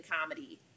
comedy